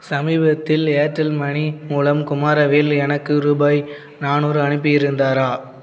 சமீபத்தில் Airtel Money மூலம் குமாரவேல் எனக்கு ரூபாய் நானூறு அனுப்பியிருந்தாரா